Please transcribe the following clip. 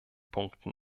punkten